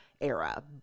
era